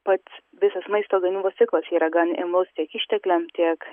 pats visas maisto gamybos ciklas yra gan imlus tiek ištekliam tiek